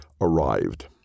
ARRIVED